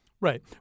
Right